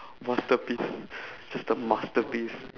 masterpiece just a masterpiece